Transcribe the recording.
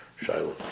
Shiloh